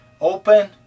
open